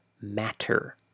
matter